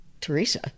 Teresa